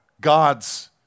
God's